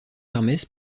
hermès